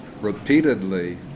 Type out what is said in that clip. repeatedly